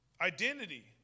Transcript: identity